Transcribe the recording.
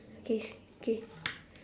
K K